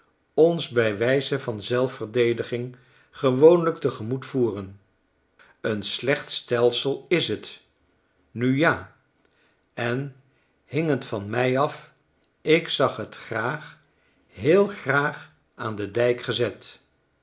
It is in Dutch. ons by wijze van zelfverdediging gewoonlijk te gemoet voeren een slecht stelsel is het nu ja en hing t van mij af ik zag het graag heel graag aan den dijk gezet